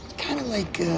kind of like,